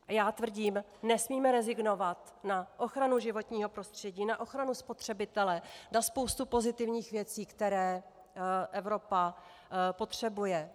Já tvrdím, nesmíme rezignovat na ochranu životního prostředí, na ochranu spotřebitele, na spoustu pozitivních věcí, které Evropa potřebuje.